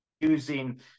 using